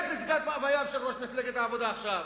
זה פסגת מאווייו של ראש מפלגת העבודה עכשיו,